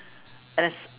and then